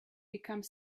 become